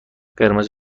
قرمز